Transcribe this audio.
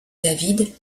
david